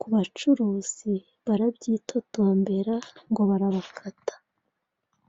kubacuruzi barabyitotombera ngo barabakata.